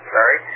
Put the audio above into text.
Sorry